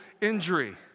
injury